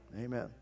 Amen